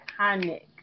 iconic